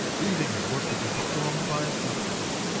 leaving his work to be performed by a substitute.